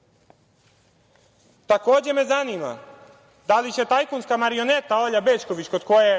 Srbije. Takođe me zanima da li će tajkunska marioneta, Olja Bećković, kod koje